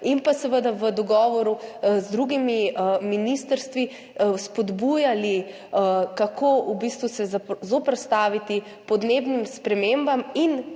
in pa seveda v dogovoru z drugimi ministrstvi spodbujali, kako se v bistvu zoperstaviti podnebnim spremembam,